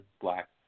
black